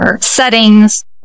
settings